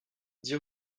dix